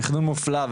תכנון מופלא,